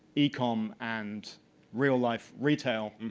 ecom, and real life retail.